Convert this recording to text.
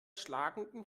schlagenden